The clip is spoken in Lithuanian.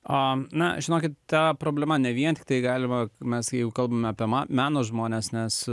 a na žinokit ta problema ne vien tiktai galima mes jau kalbame apima meno žmones nes